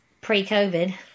pre-covid